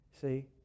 see